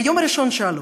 מהיום הראשון שעלו.